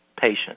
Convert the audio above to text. patient